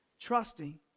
trusting